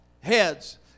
heads